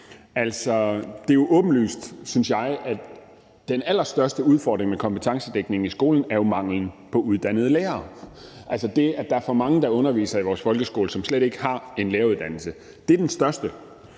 det er åbenlyst, at den allerstørste udfordring med kompetencedækningen i skolen er manglen på uddannede lærere, altså det, at der er for mange, der underviser i vores folkeskole, som slet ikke har en læreruddannelse. Det er den største